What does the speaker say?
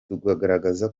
tukagaragaza